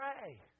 pray